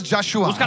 Joshua